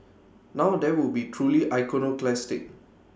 now that would be truly iconoclastic